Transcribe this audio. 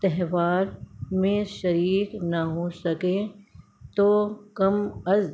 تہوار میں شریک نہ ہو سکیں تو کم از